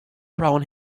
brown